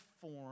form